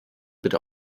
bitte